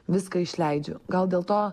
viską išleidžiu gal dėl to